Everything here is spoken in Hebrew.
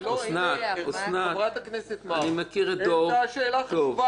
חברת הכנסת מארק העלתה שאלה חשובה אד.